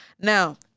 Now